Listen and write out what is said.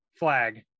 flag